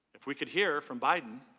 if we could hear from biden,